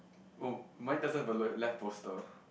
oh mine doesn't have a le~ left poster